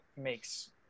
makes